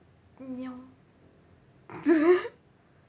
ya lor